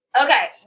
Okay